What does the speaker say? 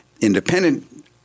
independent